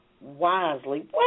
wisely